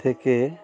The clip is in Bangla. থেকে